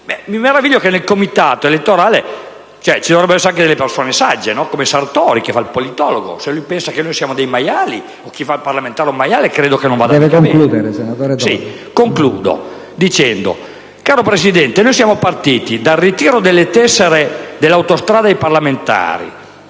Mi meraviglia che nel Comitato elettorale ci dovrebbero essere delle persone sagge, come Sartori che fa il politologo. Se lui pensa che noi siamo dei maiali o che chi fa il parlamentare è un maiale credo che non vada proprio bene. Concludo dicendo, caro Presidente, che siamo partiti dal ritiro delle tessere delle autostrade e delle